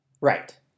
Right